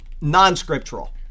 non-scriptural